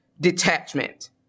detachment